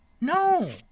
No